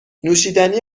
نوشیدنی